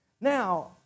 Now